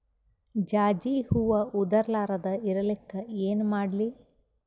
ಜಾಜಿ ಹೂವ ಉದರ್ ಲಾರದ ಇರಲಿಕ್ಕಿ ಏನ ಮಾಡ್ಲಿ?